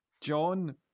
John